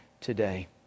today